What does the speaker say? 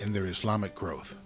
in their islamic growth